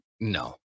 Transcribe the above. No